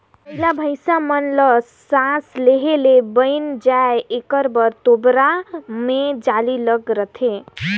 बइला भइसा मन ल सास लेहे ले बइन जाय एकर बर तोबरा मे जाली लगे रहथे